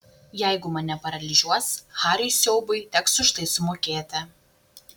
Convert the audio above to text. jeigu mane paralyžiuos hariui siaubui teks už tai sumokėti